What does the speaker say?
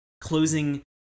closing